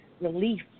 relief